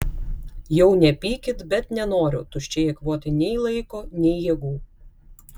jau nepykit bet nenoriu tuščiai eikvoti nei laiko nei jėgų